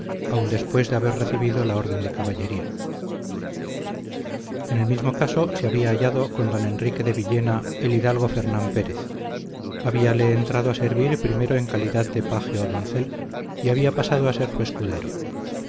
aun después de haber recibido la orden de caballería en el mismo caso se había hallado con don enrique de villena el hidalgo fernán pérez habíale entrado a servir primero en calidad de paje o doncel y había pasado a ser su escudero